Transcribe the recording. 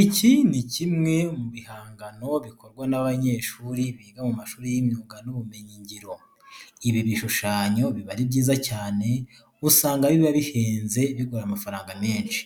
Iki ni kimwe mu bihangano bikorwa n'abanyeshuri biga mu mashuri y'imyuga n'ubumenyingiro. Ibi bishushanyo biba ari byiza cyane, usanga biba bihenze bigura amafaranga menshi.